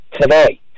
today